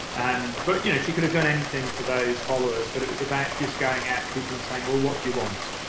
and but you know she could have done anything for those followers, but it was about just going out to people and saying, well, what do you want?